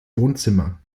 wohnzimmer